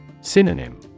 Synonym